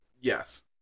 Yes